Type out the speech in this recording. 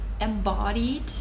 embodied